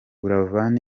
buravan